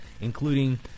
including